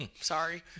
Sorry